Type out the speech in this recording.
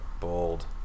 Bold